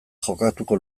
jokatuko